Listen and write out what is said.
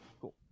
cool